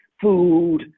food